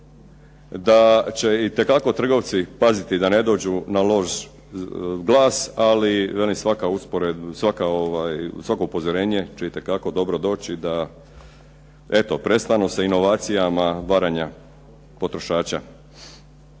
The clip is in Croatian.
da će itekako trgovci paziti da ne dođu na loš glas, ali velim, svako upozorenje će itekako dobro doći da eto, prestanu sa inovacijama varanja potrošača.